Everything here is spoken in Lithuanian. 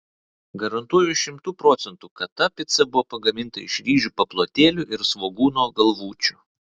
garantuoju šimtu procentų kad ta pica buvo pagaminta iš ryžių paplotėlių ir svogūno galvučių